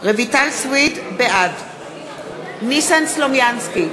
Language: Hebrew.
בעד ניסן סלומינסקי,